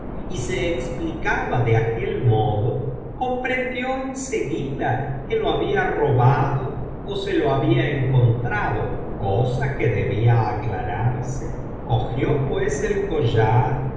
y se explicaba de aquel modo comprendió en seguida que lo había robado ó se lo había encontrado cosa que debía aclararse cogió pues el collar